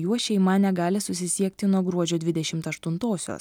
juo šeima negali susisiekti nuo gruodžio dvidešimt aštuntosios